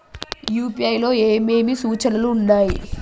UPI లో ఏమేమి సూచనలు ఉన్నాయి?